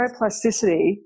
neuroplasticity